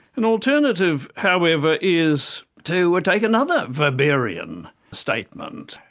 an alternative however, is to take another weberian statement,